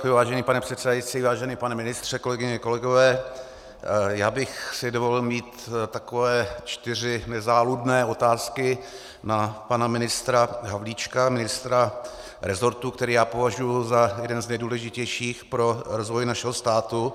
Vážený pane předsedající, vážený pane ministře, kolegyně, kolegové já bych si dovolil mít takové čtyři nezáludné otázky na pana ministra Havlíčka, ministra resortu, který považuji za jeden z nejdůležitějších pro rozvoj našeho státu.